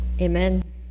Amen